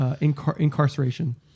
Incarceration